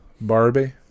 Barbie